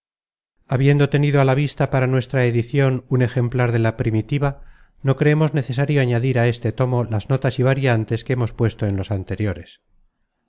habiendo tenido a la vista para nuestra edicion un ejemplar de la primitiva no creemos necesario añadir á este tomo las notas y variantes que hemos puesto en los anteriores